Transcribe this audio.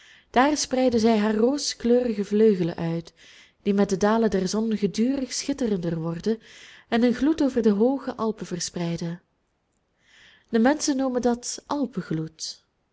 daar spreiden zij haar rooskleurige vleugelen uit die met het dalen der zon gedurig schitterender worden en een gloed over de hooge alpen verspreiden de menschen noemen dat